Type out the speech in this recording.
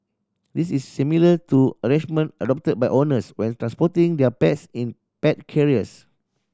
this is similar to arrangement adopted by owners when transporting their pets in pet carriers